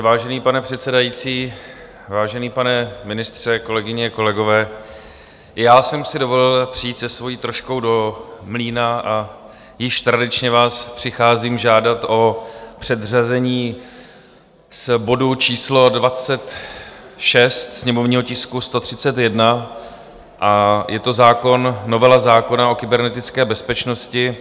Vážený pane předsedající, vážený pane ministře, kolegyně, kolegové, i já jsem si dovolil přijít se svojí troškou do mlýna a již tradičně vás přicházím žádat o předřazení bodu číslo 26, sněmovní tisk 131, je to novela zákona o kybernetické bezpečnosti.